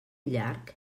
llarg